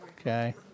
Okay